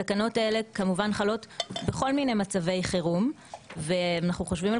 התקנות האלה כמובן חלות בכל מיני מצבי חירום ואנחנו חושבים על